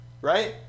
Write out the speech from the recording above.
right